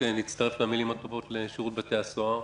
להצטרף למילים הטובות לשירות בתי הסוהר,